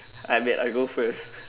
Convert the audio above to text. I bet I'll go first